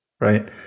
right